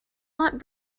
not